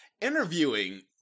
interviewing